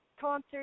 concert